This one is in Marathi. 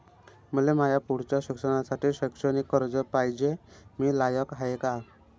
मले माया पुढच्या शिक्षणासाठी शैक्षणिक कर्ज पायजे, मी लायक हाय का?